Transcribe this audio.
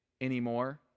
anymore